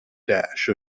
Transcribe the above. dash